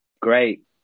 great